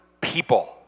people